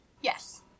Yes